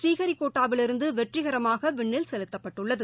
புறீஹரிகோட்டாவிலிருந்துவெற்றிகரமாகவிண்ணில் செலுத்தப்பட்டுள்ளது